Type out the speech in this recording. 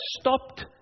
stopped